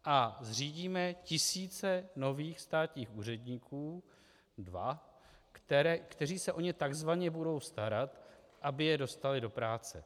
A zřídíme tisíce nových státních úředníků, dva, kteří se o ně takzvaně budou starat, aby je dostali do práce.